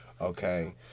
okay